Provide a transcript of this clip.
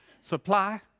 supply